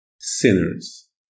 Sinners